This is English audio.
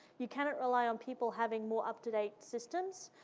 you cannot rely on people having more up to date systems,